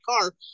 car